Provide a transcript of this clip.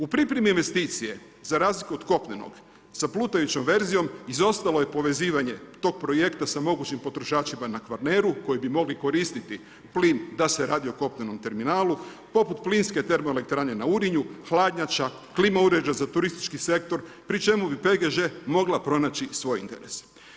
U pripremi investicije za razliku od kopnenog sa plutajućom verzijom izostalo je povezivanje tog projekta sa mogućim potrošačima na Kvarneru koji bi mogli koristiti plin da se radi o kopnenom terminalu poput Plinske TE na Urinju, hladnjača, klima uređaja za turistički sektor pri čemu bi PGŽ mogla pronaći svoj interes.